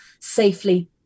safely